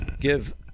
give